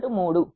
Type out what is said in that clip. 3